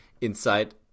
inside